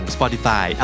Spotify